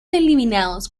eliminados